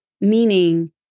meaning